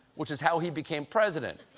which is how he became president.